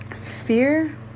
fear